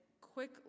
quick